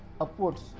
upwards